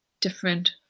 different